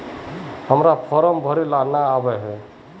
हम्मर फारम भरे ला न आबेहय?